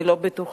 אני לא בטוחה.